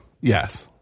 yes